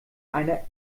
einer